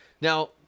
Now